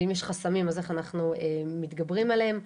ואם יש חסמים, אז איך אנחנו מתגברים עליהם,